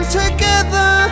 together